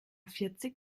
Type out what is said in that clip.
vierzig